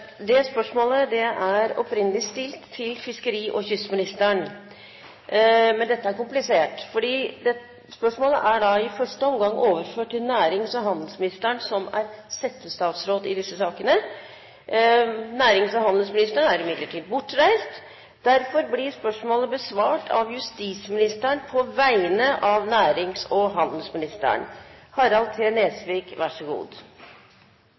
fiskeri- og kystministeren. Men dette er komplisert, fordi spørsmålet i første omgang er overført til nærings- og handelsministeren, som er settestatsråd i denne saken. Nærings- og handelsministeren er imidlertid bortreist. Derfor blir spørsmålet besvart av justisministeren på vegne av nærings- og handelsministeren.